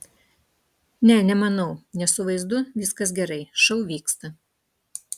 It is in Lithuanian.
ne nemanau nes su vaizdu viskas gerai šou vyksta